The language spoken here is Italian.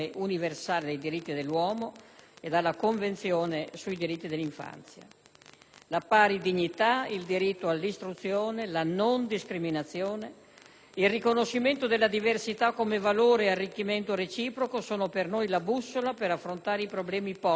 e dalla Convenzione sui diritti dell'infanzia. La pari dignità, il diritto all'istruzione, la non discriminazione, il riconoscimento della diversità come valore e arricchimento reciproco sono per noi la bussola per affrontare i problemi posti da questa novità.